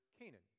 Canaan